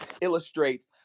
illustrates